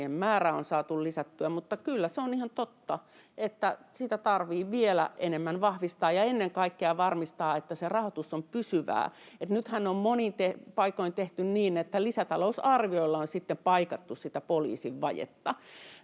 määrää on saatu lisättyä, mutta kyllä se on ihan totta, että sitä tarvitsee vielä enemmän vahvistaa ja ennen kaikkea varmistaa, että se rahoitus on pysyvää. Nythän on monin paikoin tehty niin, että lisätalousarvioilla on sitten paikattu sitä poliisin vajetta.